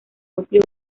núcleo